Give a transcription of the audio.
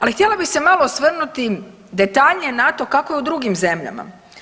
Ali, htjela bih se malo osvrnuti detaljnije na to kako je u drugim zemljama.